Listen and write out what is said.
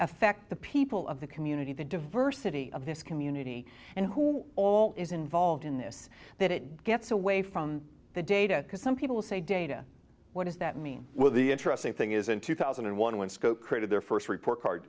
affect the people of the community the diversity of this community and who all is involved in this that it gets away from the data because some people say data what does that mean with the interesting thing is in two thousand and one when scope created their first report card